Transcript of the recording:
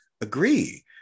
agree